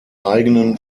eigenen